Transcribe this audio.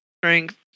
strength